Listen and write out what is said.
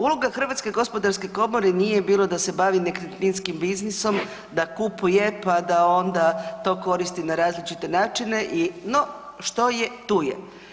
Uloga HGK nije bilo da se bavi nekretninskim biznisom, da kupuje pa da onda to koristi na različite načine, no što je tu je.